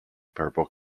purple